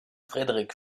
frederik